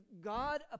God